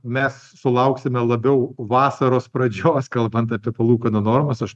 mes sulauksime labiau vasaros pradžios kalbant apie palūkanų normas aš